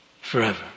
forever